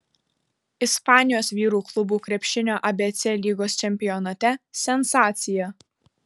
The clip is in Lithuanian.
ispanijos vyrų klubų krepšinio abc lygos čempionate sensacija